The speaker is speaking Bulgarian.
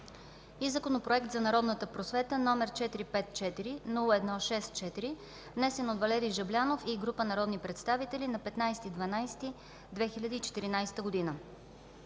и Законопроект за народната просвета, № 454-01-64, внесен от Валери Жаблянов и група народни представители на 15 декември